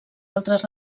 altres